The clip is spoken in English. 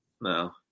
No